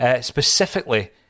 specifically